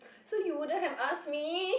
so you wouldn't have asked me